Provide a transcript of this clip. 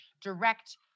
direct